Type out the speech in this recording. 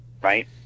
right